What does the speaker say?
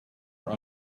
were